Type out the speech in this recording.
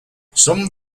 some